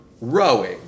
rowing